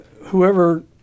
whoever